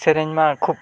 ᱥᱮᱨᱮᱧ ᱢᱟ ᱠᱷᱩᱵᱽ